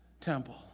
temple